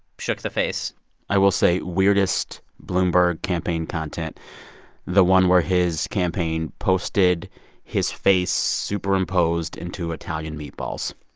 shook the face i will say, weirdest bloomberg campaign content the one where his campaign posted his face superimposed into italian meatballs.